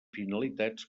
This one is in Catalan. finalitats